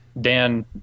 Dan